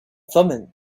thummim